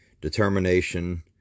determination